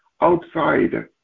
outside